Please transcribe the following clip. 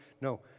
no